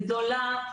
גדולה,